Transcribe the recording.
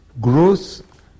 growth